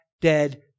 dead